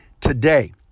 today